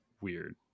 weird